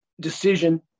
decision